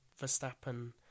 Verstappen